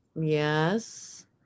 Yes